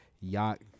Yacht